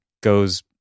goes